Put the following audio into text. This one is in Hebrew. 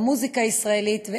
במוזיקה הישראלית.